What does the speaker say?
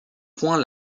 point